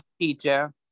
teacher